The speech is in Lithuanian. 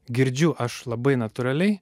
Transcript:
girdžiu aš labai natūraliai